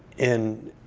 in